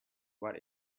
what